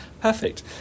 Perfect